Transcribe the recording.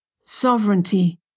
sovereignty